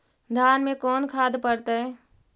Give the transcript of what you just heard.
धान मे कोन खाद पड़तै?